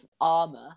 armor